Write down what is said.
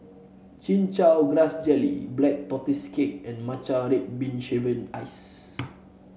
Chin Chow Grass Jelly Black Tortoise Cake and Matcha Red Bean Shaved Ice